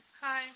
Hi